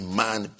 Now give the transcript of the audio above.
man